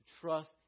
trust